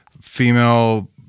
female